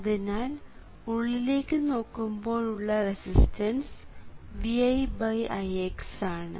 അതിനാൽ ഉള്ളിലേക്ക് നോക്കുമ്പോഴുള്ള റെസിസ്റ്റൻസ് ViIx ആണ്